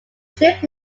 trip